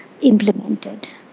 implemented